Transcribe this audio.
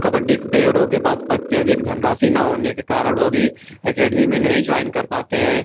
कबड्डी प्लेयरों के पास अत्यधिक धनरासी न होने के कारण वह भी अकैडमी में नहीं ज्वॉइन कर पाते हैं